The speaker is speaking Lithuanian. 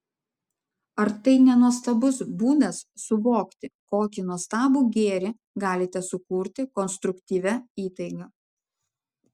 ar tai ne nuostabus būdas suvokti kokį nuostabų gėrį galite sukurti konstruktyvia įtaiga